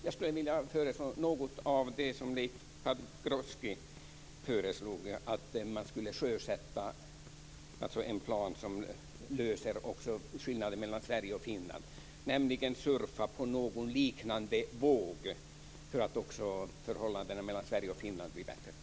Jag skulle vilja föreslå något av det som Leif Pagrotsky föreslog, nämligen att man skulle sjösätta en plan som löser problemen med skillnaderna mellan Sverige och Finland, nämligen att man skulle surfa på någon liknande våg för att också förhållandena mellan Sverige och Finland ska bli bättre.